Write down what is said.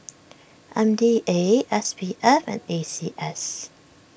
M D A S P F and A C S